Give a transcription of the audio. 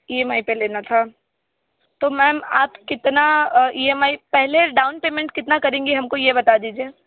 E M I पर लेना था तो मैम आप कितना ई एम आई पहले डाउन पेमेंट कितना करेंगे आप हम को ये बता दीजिए